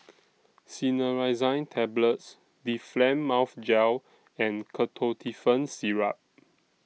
Cinnarizine Tablets Difflam Mouth Gel and Ketotifen Syrup